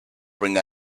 bring